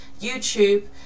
youtube